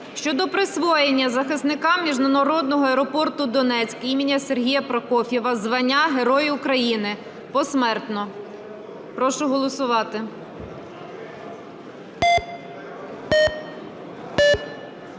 щодо присвоєння захисникам міжнародного аеропорту "Донецьк" імені Сергія Прокоф'єва звання Герой України (посмертно). Прошу голосувати.